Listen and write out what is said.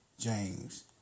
James